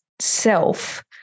self